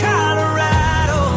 Colorado